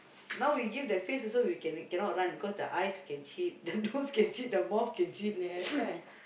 now we give that face also we can cannot run cause the eyes can cheat the nose can cheat the mouth can cheat